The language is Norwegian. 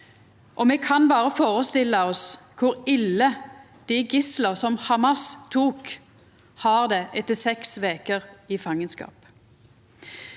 me kan berre førestilla oss kor ille dei gislane som Hamas tok, har det etter seks veker i fangenskap.